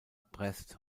brest